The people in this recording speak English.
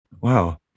wow